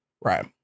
Right